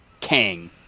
Kang